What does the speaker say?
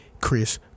Chris